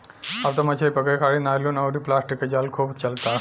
अब त मछली पकड़े खारित नायलुन अउरी प्लास्टिक के जाल खूब चलता